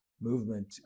movement